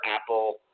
Apple